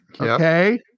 Okay